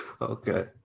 Okay